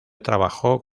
trabajó